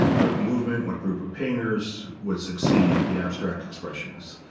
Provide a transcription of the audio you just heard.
what movement, what group of painters would succeed the abstract expressionists?